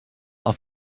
off